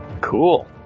Cool